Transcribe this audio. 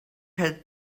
had